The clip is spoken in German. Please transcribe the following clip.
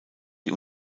die